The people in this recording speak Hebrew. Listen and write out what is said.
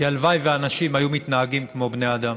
כי הלוואי שאנשים היו מתנהגים כמו בני אדם.